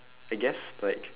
I guess like